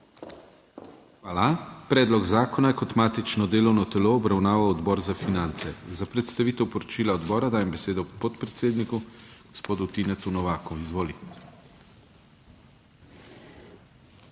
Hvala. Predlog zakona je kot matično delovno telo obravnaval Odbor za finance. Za predstavitev poročila odbora dajem besedo podpredsedniku gospodu Tinetu Novaku. Izvoli.